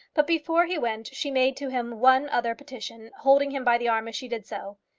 but before he went she made to him one other petition, holding him by the arm as she did so.